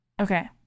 Okay